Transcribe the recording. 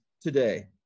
today